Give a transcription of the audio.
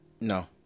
no